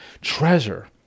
treasure